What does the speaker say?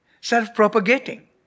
self-propagating